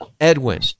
Edwin